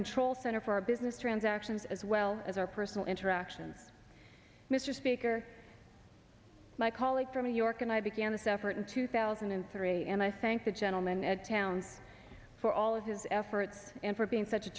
control center for our business transactions as well as our personal interactions mr speaker my colleague from new york and i began this effort in two thousand and three and i thank the gentleman at town for all of his efforts and for being such a